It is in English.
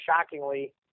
shockingly